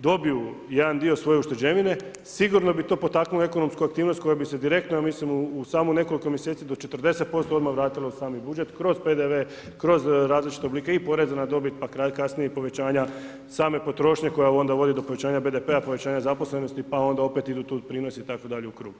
dobiju jedan dio svoje ušteđevine, sigurno bi to potaknulo ekonomsku aktivnost koja bi se direktno ja mislim u samo nekoliko mjeseci do 40% odmah vratilo u sami budžet kroz PDV, kroz različite oblike i poreza na dobit, kasnije i povećanja same potrošnje koja onda vodi do povećanja BDP-a, povećanja zaposlenosti i onda opet idu tu doprinosi i tako dalje u krug.